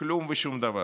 כלום ושום דבר.